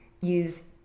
use